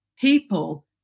people